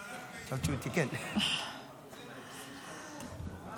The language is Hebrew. אימאן, נכון, כל הכבוד.